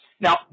Now